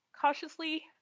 cautiously